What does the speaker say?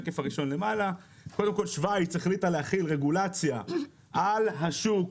קודם כל שוויץ החליטה להחיל רגולציה על השוק.